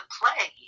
play